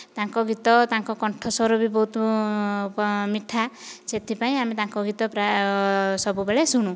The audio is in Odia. ତାଙ୍କ ଗୀତ ତାଙ୍କ କଣ୍ଠସ୍ୱର ବି ବହୁତ ମିଠା ସେଇଥିପାଇଁ ଆମେ ତାଙ୍କ ଗୀତ ପ୍ରାୟ ସବୁବେଳେ ଶୁଣୁ